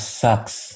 sucks